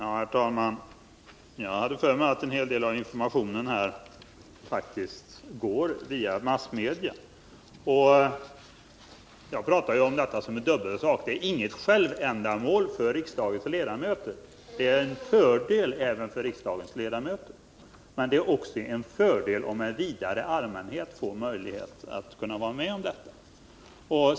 Herr talman! Jag hade för mig att en hel del av informationen faktiskt går via massmedia. Jag pratar om detta som något med dubbla funktioner. Offentliga utskottsutfrågningar har inte som självändamål att tillgodose riksdagens ledamöter. Det är en fördel även för riksdagens ledamöter om de finns, men det är också en fördel om en vidare allmänhet får möjlighet att ta del av vad som sker.